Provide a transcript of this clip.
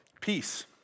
Peace